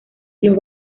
los